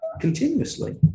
continuously